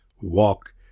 Walk